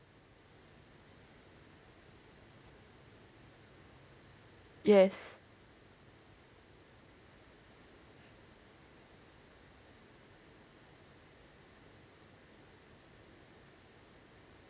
yes